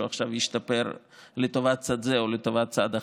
עכשיו ישתפר לטובת צד זה או לטובת צד אחר.